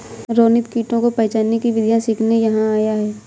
रोनित कीटों को पहचानने की विधियाँ सीखने यहाँ आया है